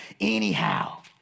Anyhow